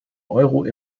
euro